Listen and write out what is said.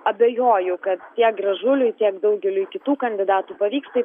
abejoju kad tiek gražuliui tiek daugeliui kitų kandidatų pavyks tai